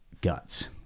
guts